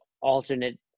alternate